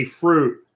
fruit